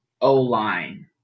O-line